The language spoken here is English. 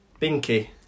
Binky